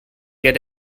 get